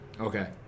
Okay